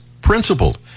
principled